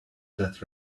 that